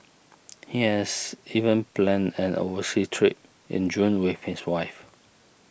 he has even planned an overseas trip in June with his wife